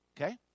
Okay